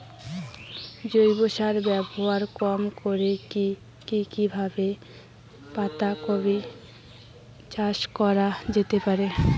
জৈব সার ব্যবহার কম করে কি কিভাবে পাতা কপি চাষ করা যেতে পারে?